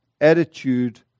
attitude